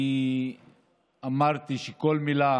אני אמרתי שכל מילה